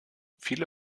viele